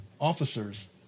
Officers